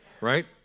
Right